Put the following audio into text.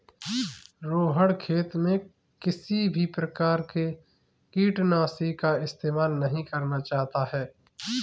रोहण खेत में किसी भी प्रकार के कीटनाशी का इस्तेमाल नहीं करना चाहता है